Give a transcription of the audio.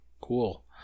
Cool